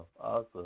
awesome